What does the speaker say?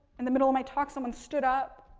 in the middle of my talk someone stood up,